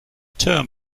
term